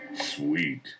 Sweet